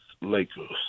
Lakers